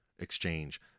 exchange